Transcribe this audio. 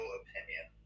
opinion